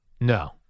No